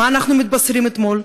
מה אנחנו מתבשרים אתמול?